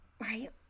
Right